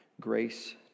grace